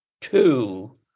two